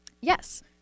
yes